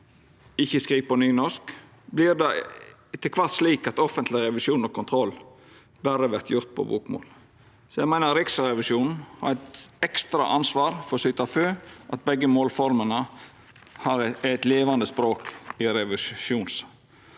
ikkje skriv på nynorsk, vert det etter kvart slik at offentleg revisjon og kontroll berre vert gjort på bokmål. Eg meiner Riksrevisjonen har eit ekstra ansvar for å syta for at begge målformene har eit levande språk i revisjonsarbeid.